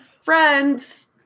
friends